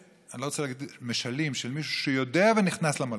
אני לא רוצה להגיד משלים על מישהו שיודע ונכנס למלכודת.